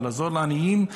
ולעזור לעניים,